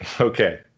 Okay